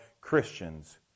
Christians